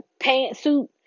pantsuit